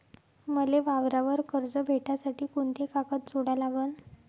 मले वावरावर कर्ज भेटासाठी कोंते कागद जोडा लागन?